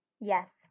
Yes